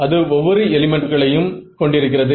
அது வித்தியாசமாக இருக்கிறது